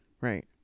right